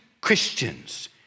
Christians